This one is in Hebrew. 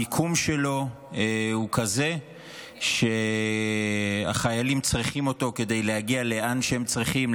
המיקום שלו הוא כזה שהחיילים צריכים כדי להגיע לאן שהם צריכים,